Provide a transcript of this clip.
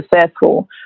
successful